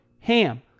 HAM